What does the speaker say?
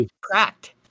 cracked